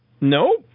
No